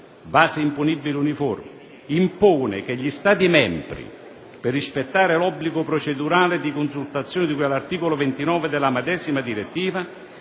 base imponibile uniforme», impone che gli Stati membri, per rispettare l'obbligo procedurale di consultazione - di cui all'articolo 29 della medesima direttiva